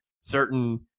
certain